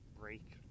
break